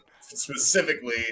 specifically